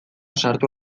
sartu